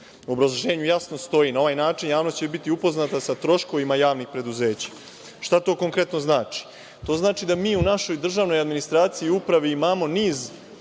obrazloženju jasno stoji, na ovaj način javnost će biti upoznata sa troškovima javnih preduzeća. Šta to konkretno znači? To znači da mi u našoj državnoj administraciji i upravi imamo niz